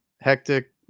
hectic